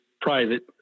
private